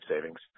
savings